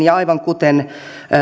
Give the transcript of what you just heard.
aiemmin ja aivan kuten